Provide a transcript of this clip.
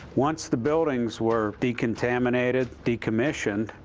once the buildings were decontaminated, decommissioned,